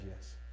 yes